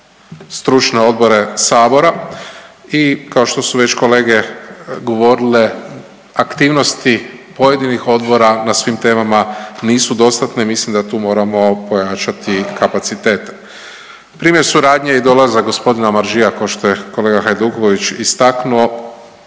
stručne odbore Sabora i kao što su već kolege govorile aktivnosti pojedinih odbora na svim temama nisu dostatne mislim da tu moramo pojačati kapacitete. Primjer suradnje i dolazak g. Omarejeea kao što je kolega Hajduković istaknuo